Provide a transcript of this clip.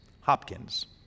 Hopkins